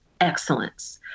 excellence